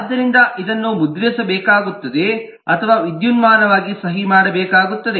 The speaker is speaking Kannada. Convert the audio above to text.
ಆದ್ದರಿಂದ ಇದನ್ನು ಮುದ್ರಿಸಬೇಕಾಗುತ್ತದೆ ಅಥವಾ ವಿದ್ಯುನ್ಮಾನವಾಗಿ ಸಹಿ ಮಾಡಬೇಕಾಗುತ್ತದೆ